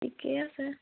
ঠিকেই আছে